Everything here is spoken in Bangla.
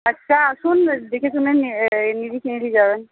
আচ্ছা আসুন দেখে শুনে নিজে কিনে নিই যাবেন